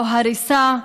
לא הריסה,